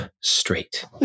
straight